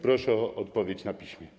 Proszę o odpowiedź na piśmie.